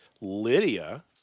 Lydia